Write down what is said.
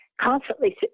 Constantly